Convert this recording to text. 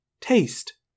Taste